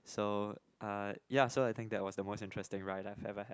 so uh ya so I think that was the most interesting ride I ever had